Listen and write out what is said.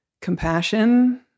compassion